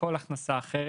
כל הכנסה אחרת.